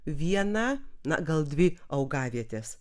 viena na gal dvi augavietės